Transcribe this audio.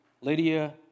Lydia